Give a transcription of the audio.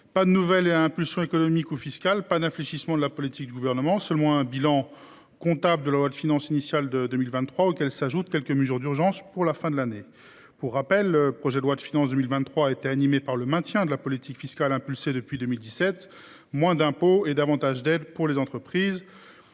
Pas de nouvelle impulsion économique ou fiscale, pas d’infléchissement de la politique du Gouvernement, seulement un bilan comptable de la loi de finances initiale de 2023, auquel s’ajoutent quelques mesures d’urgence pour la fin de l’année. Pour rappel, la loi de finances pour 2023 s’est caractérisée par le maintien de la politique fiscale impulsée depuis 2017 : moins d’impôts et plus d’aides pour les entreprises.